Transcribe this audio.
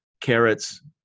carrots